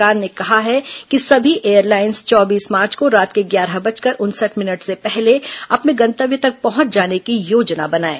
केन्द्र सरकार ने कहा है कि समी एयरलाइन्स चौबीस मार्च को रात के ग्यारह बजकर उनसठ मिनट से पहले अपने गंतव्य तक पहुंच जाने की योजना बनाएं